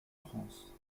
france